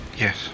yes